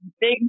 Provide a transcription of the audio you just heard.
big